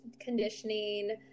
conditioning